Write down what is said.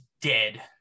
dead